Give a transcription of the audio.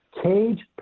Cage